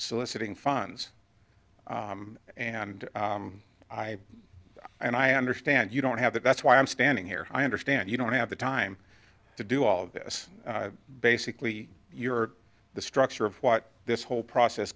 soliciting funds and i and i understand you don't have that that's why i'm standing here i understand you don't have the time to do all this basically you're the structure of what this whole process